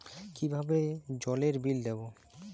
কিভাবে জলের বিল দেবো?